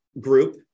group